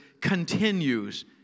continues